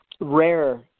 rare